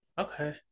okay